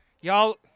Y'all